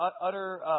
utter